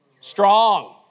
Strong